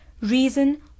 reason